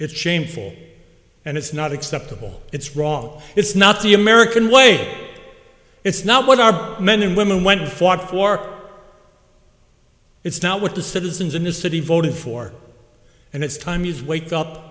it's shameful and it's not acceptable it's wrong it's not the american way it's not what our men and women went and fought for it's not what the citizens in this city voted for and it's time you'd wake up